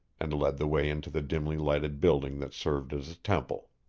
and led the way into the dimly-lighted building that served as a temple.